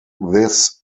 this